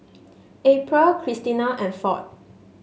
April Christena and Ford